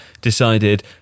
decided